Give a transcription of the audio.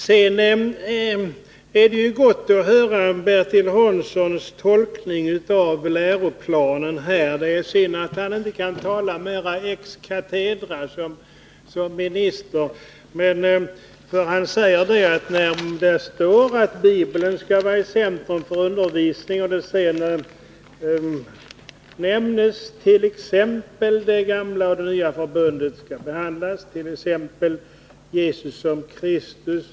Sedan är det gott att höra Bertil Hanssons tolkning av läroplanen, men det är synd att han inte kan tala mera ex cathedra som minister. Han säger att det står att Bibeln skall vara i centrum för undervisningen och att man nämner att vad som skall behandlas ärt.ex. det gamla och det nya förbundet, t.ex. Jesus som Kristus.